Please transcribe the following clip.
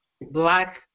black